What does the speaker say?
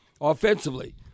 offensively